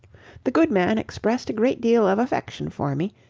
the good man expressed a great deal of affection for me,